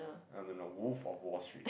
I don't know Wolf of Wall Street